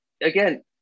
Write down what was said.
again